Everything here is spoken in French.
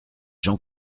jean